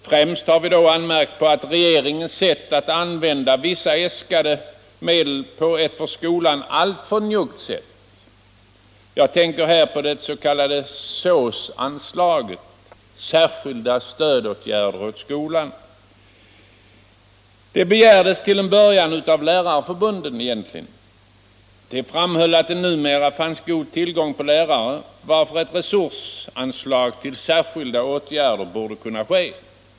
Därvid har vi också anmärkt på att regeringen använder vissa äskade medel på ett för skolan alltför njuggt sätt. Jag tänker då på det s.k. SÅS-anslaget för särskilda stödåtgärder på skolområdet. Ursprungligen begärdes detta anslag av lärarförbunden. Dessa framhöll att det fanns god tillgång på lärare, varför ett resursanslag till särskilda åtgärder borde kunna beviljas.